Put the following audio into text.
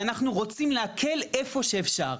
ואנחנו רוצים להקל איפה שאפשר.